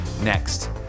next